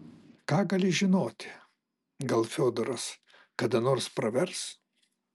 ką gali žinoti gal fiodoras kada nors pravers